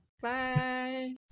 Bye